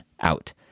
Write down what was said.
out